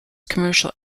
commercial